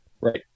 right